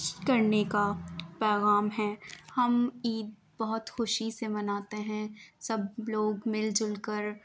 کرنے کا پیغام ہے ہم عید بہت خوشی سے مناتے ہیں سب لوگ مل جل کر